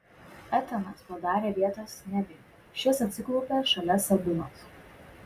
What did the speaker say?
etanas padarė vietos neviui šis atsiklaupė šalia sabinos